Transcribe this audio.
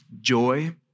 joy